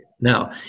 now